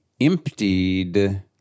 emptied